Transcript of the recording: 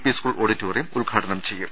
P school auditorium ഉദ്ഘാടനം ചെയ്യും